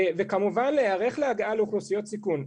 וכמובן, להיערך להגעה לאוכלוסיות סיכון.